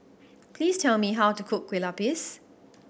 please tell me how to cook Kueh Lapis